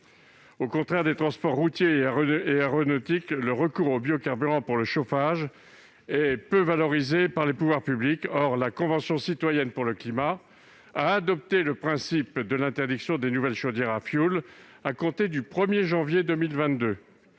Au contraire des transports routiers et aéronautiques, le recours aux biocarburants pour le chauffage est peu valorisé par les pouvoirs publics. Or la Convention citoyenne pour le climat a adopté le principe de l'interdiction des nouvelles chaudières à fioul à compter du 1 janvier 2022.